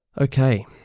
Okay